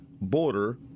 border